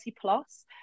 plus